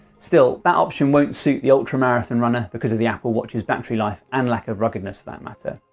still, that option won't suit the ultra-marathon runner because of the apple watch's battery life, and lack of ruggedness for that matter.